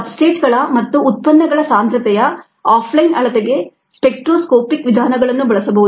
ಸಬ್ಸ್ಟ್ರೇಟ್ಗಳ ಮತ್ತು ಉತ್ಪನ್ನಗಳ ಸಾಂದ್ರತೆಯ ಆಫ್ ಲೈನ್ ಅಳತೆಗೆ ಸ್ಪೆಕ್ಟ್ರೋಸ್ಕೋಪಿಕ್ ವಿಧಾನಗಳನ್ನು ಬಳಸಬಹುದು